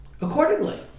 accordingly